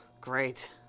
Great